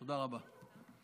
תודה רבה.